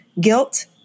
Guilt